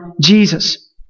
Jesus